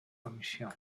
comisión